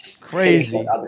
Crazy